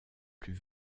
plus